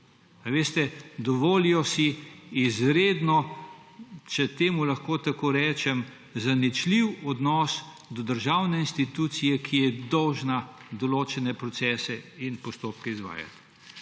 Veste, dovolijo si izredno, če temu lahko tako rečem, zaničljiv odnos do državne institucije, ki je dolžna določene procese in postopke izvajati.